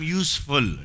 useful